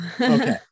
Okay